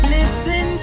Listen